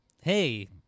hey